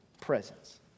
presence